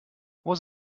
was